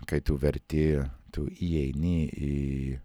kai tu verti tu įeini į